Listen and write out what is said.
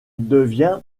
devient